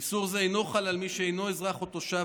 איסור זה אינו חל על מי שאינו אזרח או תושב